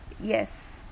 Yes